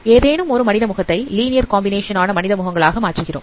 ஏதேனும் ஒரு மனித முகத்தை லீனியர் காம்பினேஷன் ஆன மனித முகங்கள் மாற்றுகிறோம்